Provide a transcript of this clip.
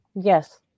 Yes